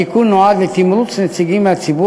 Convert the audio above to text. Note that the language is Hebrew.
בהתאם לתנאים ואמות המידה שיקבע שר האוצר,